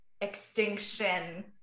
extinction